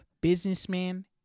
businessman